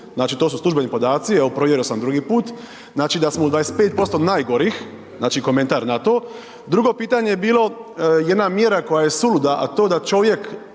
znači to su službeni podaci, evo, provjerio sam 2. put. Znači da smo u 25% najgorih, znači komentar na to. Drugo pitanje je bilo jedna mjera koja je suluda, a to da čovjek,